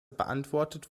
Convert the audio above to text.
beantwortet